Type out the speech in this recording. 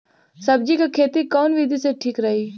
सब्जी क खेती कऊन विधि ठीक रही?